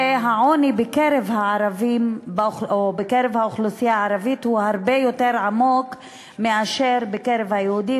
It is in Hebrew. והעוני בקרב האוכלוסייה הערבית הוא הרבה יותר עמוק מאשר בקרב היהודים,